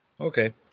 Okay